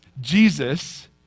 Jesus